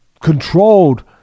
controlled